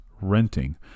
renting